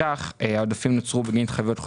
אתה הבטחת שההצבעה על הרביזיה לא היום